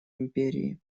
империи